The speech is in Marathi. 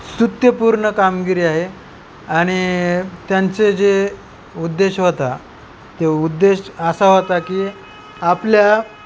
स्तुत्यपूर्ण कामगिरी आहे आणि त्यांचे जे उद्देश होता ते उद्देश असा होता की आपल्या